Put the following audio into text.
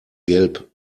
gelb